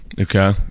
Okay